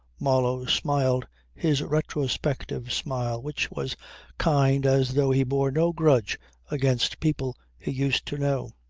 marlow smiled his retrospective smile which was kind as though he bore no grudge against people he used to know.